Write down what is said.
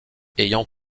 ayant